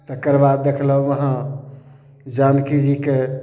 तकर बाद देखलहुॅं अहाँ जानकी जीके